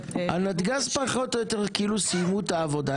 נתגז פחות או יותר כאילו סיימו את העבודה.